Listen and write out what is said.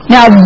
Now